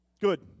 Good